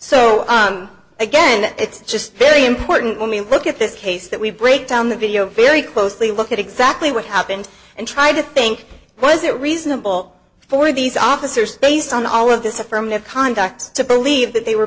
so again it's just very important when we look at this case that we break down the video very closely look at exactly what happened and try to think was it reasonable for these officers based on all of this affirmative conduct to believe that they were